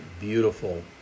beautiful